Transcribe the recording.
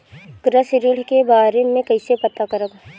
कृषि ऋण के बारे मे कइसे पता करब?